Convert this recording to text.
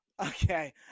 Okay